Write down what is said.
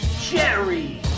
Jerry